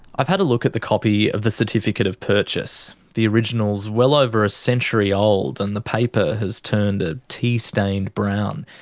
i've had a look at a copy of the certificate of purchase. the original is well over a century old and the paper has turned a tea-stained brown.